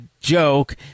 joke